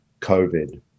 COVID